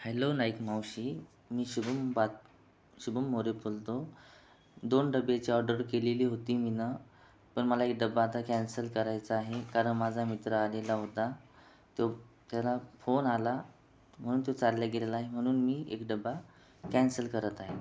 hello नाईकमावशी मी शुभम बात शुभम मोरे बोलतो दोन डब्याची ऑर्डर केलेली होती मी ना पण मला एक डबा आता कॅन्सल करायचा आहे कारण माझा मित्र आलेला होता तो त्याला फोन आला म्हणून तो चालल्या गेलेला आहे म्हणून मी एक डबा कॅन्सल करत आहे